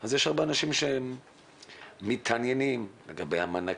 אז יש הרבה אנשים שמתעניינים לגבי המענקים,